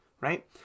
right